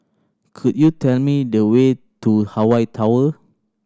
could you tell me the way to Hawaii Tower